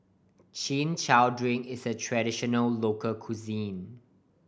Chin Chow drink is a traditional local cuisine